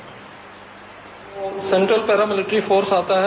जो central paramilitary force आता है